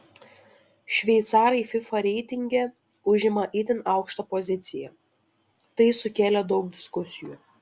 šveicarai fifa reitinge užima itin aukštą poziciją tai sukėlė daug diskusijų